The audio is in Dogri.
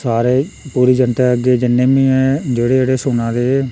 सारे पूरी जनता अग्गें जिन्ने बी ऐ जेह्ड़े जेह्डे सुनै दे